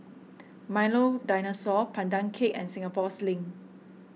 Milo Dinosaur Pandan Cake and Singapore Sling